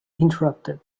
interrupted